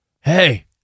Hey